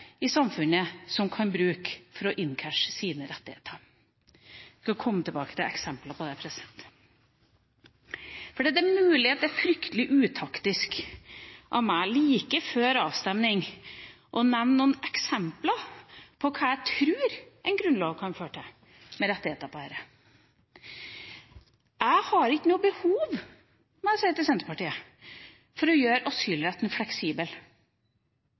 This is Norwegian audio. i samfunnet kan bruke for å cashe inn sine rettigheter. Jeg vil komme tilbake til eksempler på det. Det er mulig at det er fryktelig utaktisk av meg – like før avstemning – å nevne noen eksempler på hva jeg tror en grunnlov med menneskerettigheter kan føre til. Til Senterpartiet må jeg si at jeg ikke har noe behov for å gjøre asylretten fleksibel.